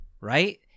right